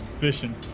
Fishing